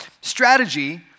strategy